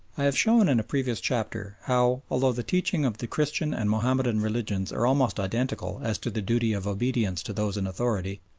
i have shown in a previous chapter how, although the teachings of the christian and mahomedan religions are almost identical as to the duty of obedience to those in authority,